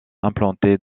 implantée